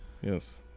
Yes